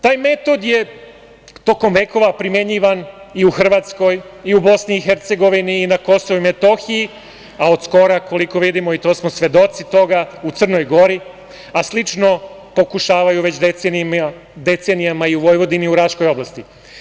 Taj metod je tokom vekova primenjivan i u Hrvatskoj i u Bosni i Hercegovini i na Kosovu i Metohiji, a od skora, koliko vidimo i svedoci smo toga, u Crnoj Gori, a slično pokušavaju već decenijama i u Vojvodini i u Raškoj oblasti.